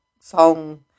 song